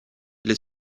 les